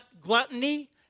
gluttony